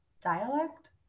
Dialect